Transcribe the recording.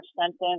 sentence